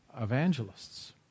evangelists